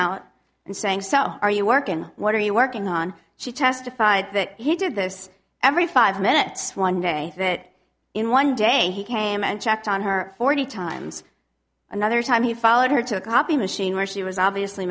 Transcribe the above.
out and saying so are you work and what are you working on she testified that he did this every five minutes one day that in one day he came and checked on her forty times another time he followed her to a copy machine where she was obviously